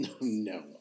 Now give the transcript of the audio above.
No